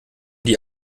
die